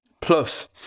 plus